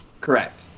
Correct